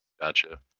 Gotcha